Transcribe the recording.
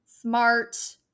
smart